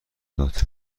داد